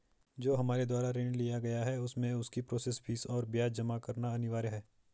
जो हमारे द्वारा ऋण लिया गया है उसमें उसकी प्रोसेस फीस और ब्याज जमा करना अनिवार्य है?